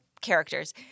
characters